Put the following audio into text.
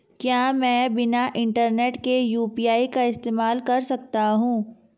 क्या मैं बिना इंटरनेट के यू.पी.आई का इस्तेमाल कर सकता हूं?